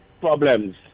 problems